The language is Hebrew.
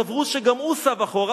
סברו שגם הוא סב אחורה",